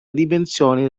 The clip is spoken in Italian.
dimensioni